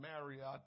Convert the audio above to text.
Marriott